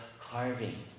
carving